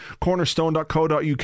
cornerstone.co.uk